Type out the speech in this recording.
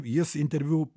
jis interviu